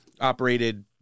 operated